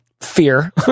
fear